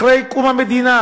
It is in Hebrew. אחרי קום המדינה,